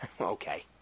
Okay